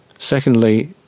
Secondly